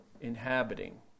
inhabiting